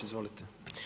Izvolite.